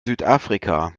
südafrika